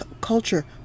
culture